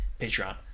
Patreon